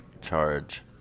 charge